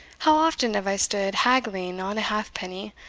how often have i stood haggling on a halfpenny,